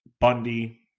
Bundy